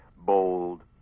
bold